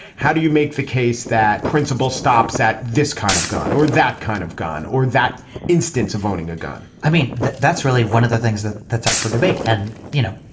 how do you make the case that principle stops at this kind of gun or that kind of gun or that instance of owning a gun? i mean, that's really one of the things that that's up for debate. and, you know,